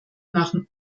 nach